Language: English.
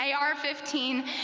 AR-15